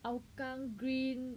Hougang green